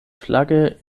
flagge